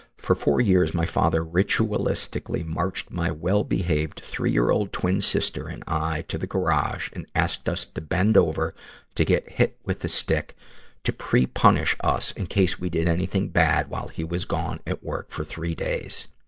for four years, my father ritualistically marched my well-behaved three-year-old twin sister and i to the garage and asked us to bend over to get hit with the stick to pre-punish us, in case we did anything bad while he was gone at work for three days.